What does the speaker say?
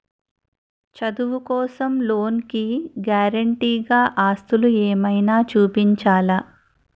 చదువు కోసం లోన్ కి గారంటే గా ఆస్తులు ఏమైనా చూపించాలా?